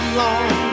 long